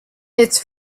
its